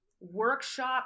workshop